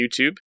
YouTube